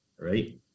Right